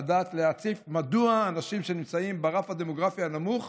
לדעת להציף מדוע האנשים שנמצאים ברף הדמוגרפי הנמוך